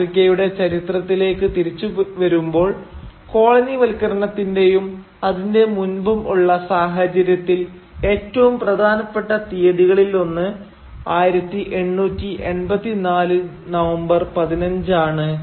ആഫ്രിക്കയുടെ ചരിത്രത്തിലേക്ക് തിരിച്ചു വരുമ്പോൾ കോളനിവൽക്കരണത്തിന്റെയും അതിന്റെ മുൻപും ഉള്ള സാഹചര്യത്തിൽ ഏറ്റവും പ്രധാനപ്പെട്ട തീയതികളിൽ ഒന്ന് 1884 നവംബർ 15 ആണ്